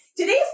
Today's